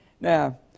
Now